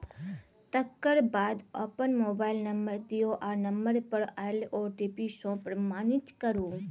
तकर बाद अपन मोबाइल नंबर दियौ आ नंबर पर आएल ओ.टी.पी सँ प्रमाणित करु